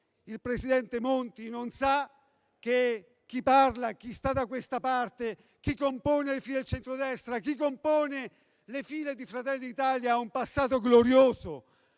il presidente Monti non sa che chi parla, chi sta da questa parte, chi compone le file del centrodestra, chi compone le file di Fratelli d'Italia ha un passato glorioso,